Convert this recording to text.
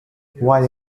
while